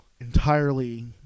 entirely